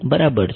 બરાબર છે